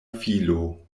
filo